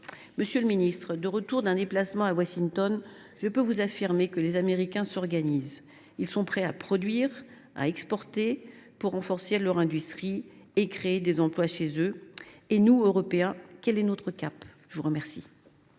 Monsieur le ministre, de retour d’un déplacement à Washington, je peux vous affirmer que les Américains s’organisent. Ils sont prêts à produire et à exporter pour renforcer leur industrie et créer des emplois chez eux. Et nous, Européens, quel est notre cap ? La parole